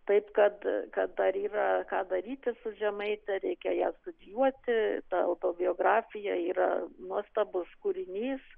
taip kad kad dar yra ką daryti su žemaite reikia ją studijuoti ta autobiografija yra nuostabus kūrinys